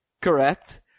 Correct